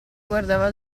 guardava